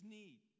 need